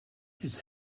his